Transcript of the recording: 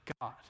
God